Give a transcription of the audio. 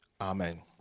Amen